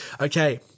Okay